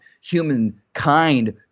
humankind